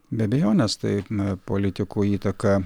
be abejonės taip a politikų įtaka